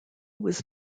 was